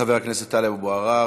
חבר הכנסת טלב אבו עראר.